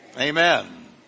Amen